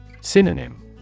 Synonym